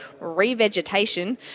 revegetation